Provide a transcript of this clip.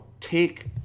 take